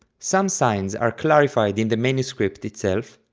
some signs are clarified in the manuscript itself,